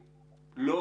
ולא: